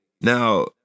Now